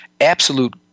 absolute